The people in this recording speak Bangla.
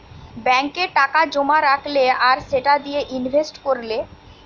ব্যাংকে টাকা জোমা রাখলে আর সেটা দিয়ে ইনভেস্ট কোরলে